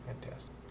Fantastic